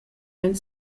ein